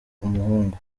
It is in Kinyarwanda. umuhungu